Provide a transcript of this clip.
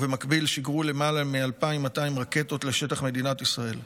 ובמקביל שיגרו למעלה מ-2,200 רקטות לשטח מדינת ישראל.